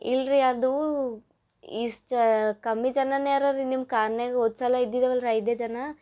ಇಲ್ಲ ರಿ ಅದು ಇಸ್ ಚ ಕಮ್ಮಿ ಜನವೇ ಅರರಿ ನಿಮ್ಮ ಕಾರ್ನ್ಯಾಗ ಹೋದ್ಸಲ ಇದ್ದಿದ್ದೆವಲ್ಲ ರಿ ಐದೇ ಜನ